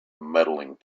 medaling